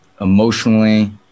emotionally